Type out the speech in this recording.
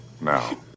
now